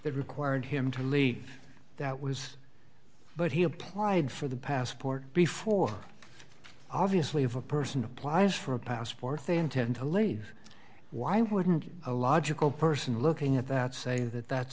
that required him to leave that was but he applied for the passport before obviously if a person applies for a passport they intend to lane why wouldn't a logical person looking at that say that that's